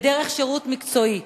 ודרך שירות מקצועי.